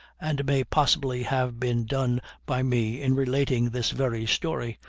and may possibly have been done by me in relating this very story,